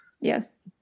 Yes